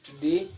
today